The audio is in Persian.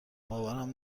باورم